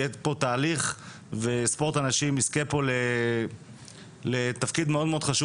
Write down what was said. יהיה פה תהליך וספורט הנשים יזכה לתפקיד מאוד-מאוד חשוב